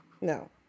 No